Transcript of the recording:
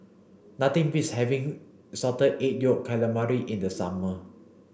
nothing beats having salted egg yolk calamari in the summer